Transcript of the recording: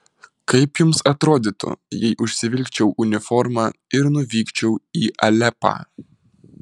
kaip jums atrodytų jei užsivilkčiau uniformą ir nuvykčiau į alepą